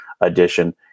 edition